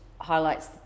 highlights